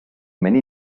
many